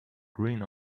green